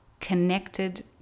connected